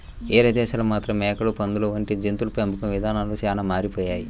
వేరే దేశాల్లో మాత్రం మేకలు, పందులు వంటి జంతువుల పెంపకం ఇదానాలు చానా మారిపోయాయి